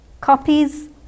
Copies